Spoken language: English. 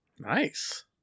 Nice